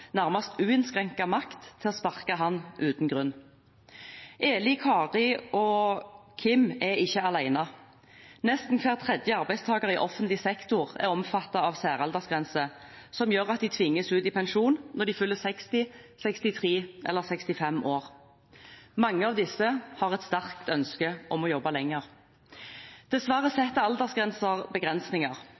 nærmest uinnskrenket makt til å sparke ham uten grunn. Kari, Eli og Kim er ikke alene. Nesten hver tredje arbeidstaker i offentlig sektor er omfattet av særaldersgrenser som gjør at de tvinges ut i pensjon når de fyller 60, 63 eller 65 år. Mange av disse har et sterkt ønske om å jobbe lenger. Dessverre setter aldersgrenser begrensninger.